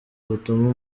butuma